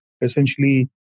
essentially